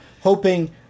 hoping